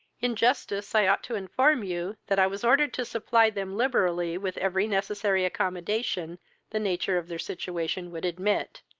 in justice i ought to inform you, that i was ordered to supply them liberally with every necessary accommodation the nature of their situation would admit,